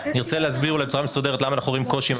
נרצה להסביר אולי בצורה מסודרת למה אנחנו רואים קושי מההרחבה.